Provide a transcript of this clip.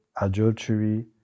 adultery